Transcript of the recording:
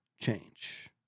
change